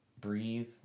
breathe